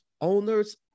owners